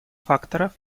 факторов